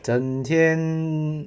整天